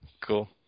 Cool